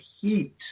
heat